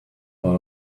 out